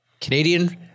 Canadian